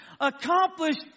accomplished